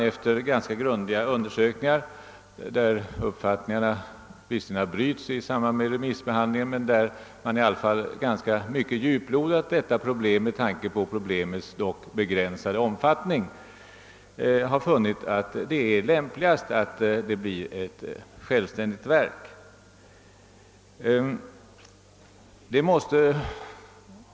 Efter grundliga undersökningar — meningarna har visserligen brutits i samband med remissbehandlingen men problemet har ändock djupgående penetrerats med tanke på dess begränsade omfattning — har man i alla fall funnit att det är lämpligt att det blir ett självständigt verk.